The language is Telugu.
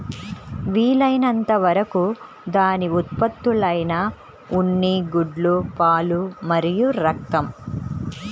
వీలైనంత వరకు దాని ఉత్పత్తులైన ఉన్ని, గుడ్లు, పాలు మరియు రక్తం